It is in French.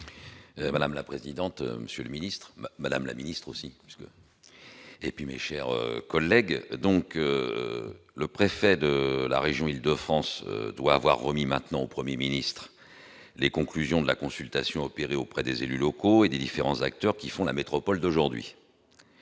Madame la présidente, monsieur le Ministre, Madame la Ministre aussi et puis, mes chers collègues, donc le préfet de la région France doit avoir remis maintenant au 1er ministre les conclusions de la consultation opérer auprès des élus locaux et des différents acteurs qui font la métropole d'aujourd'hui